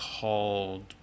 called